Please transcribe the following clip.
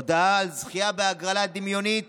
הודעת זכייה בהגרלה דמיונית